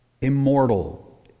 immortal